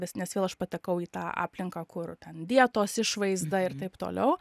nes nes vėl aš patekau į tą aplinką kur ten dietos išvaizda ir taip toliau